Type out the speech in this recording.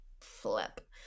flip